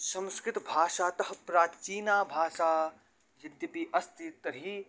संस्कृतभाषातः प्राचीना भाषा यद्यपि अस्ति तर्हि